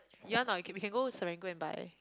you want or not we can we can go to Serangoon and buy